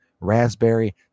raspberry